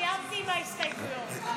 סיימתי עם ההסתייגויות.